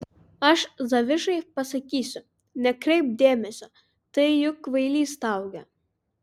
aš zavišai pasakysiu nekreipk dėmesio tai juk kvailys staugia